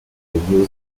were